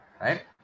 right